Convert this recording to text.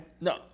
No